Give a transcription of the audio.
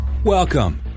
Welcome